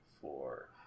four